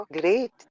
Great